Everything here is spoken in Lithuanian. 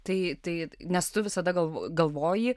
tai tai nes tu visada gal galvoji